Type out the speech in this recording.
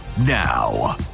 now